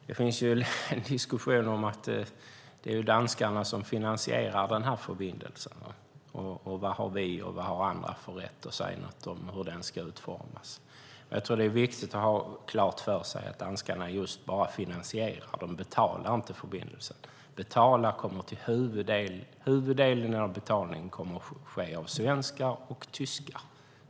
Det finns en diskussion där man pekar på att det är danskarna som finansierar förbindelsen, och vad har då vi och andra för rätt att säga något om hur den ska utformas? Det är viktigt att ha klart för sig att danskarna bara finansierar den - de betalar inte förbindelsen. Huvuddelen av betalningen kommer svenskar och tyskar att stå för.